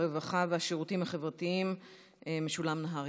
הרווחה והשירותים החברתיים משולם נהרי.